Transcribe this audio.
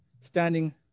standing